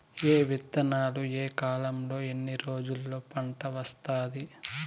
ఏ విత్తనాలు ఏ కాలంలో ఎన్ని రోజుల్లో పంట వస్తాది?